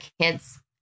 kids